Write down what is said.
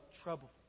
trouble